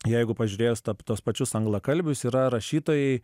jeigu pažiūrėjus tuos pačius anglakalbius yra rašytojai